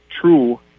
true